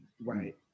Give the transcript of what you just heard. right